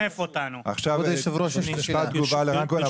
עכשיו משפט תגובה לרן כהן,